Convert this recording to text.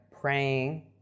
praying